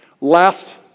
Last